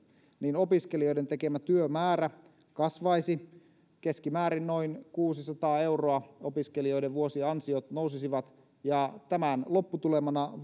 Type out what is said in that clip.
niin opiskelijoiden tekemä työmäärä kasvaisi keskimäärin noin kuusisataa euroa opiskelijoiden vuosiansiot nousisivat ja tämän lopputulemana